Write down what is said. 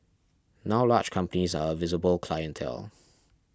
now large companies are a visible clientele